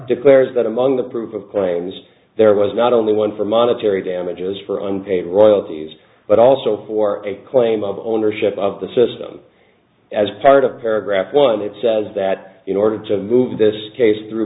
declares that among the proof of claims there was not only one for monetary damages for unpaid royalties but also for a claim of ownership of the system as part of paragraph one it says that in order to move this case through